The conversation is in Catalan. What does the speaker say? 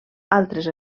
altres